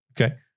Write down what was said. Okay